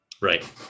Right